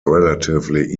relatively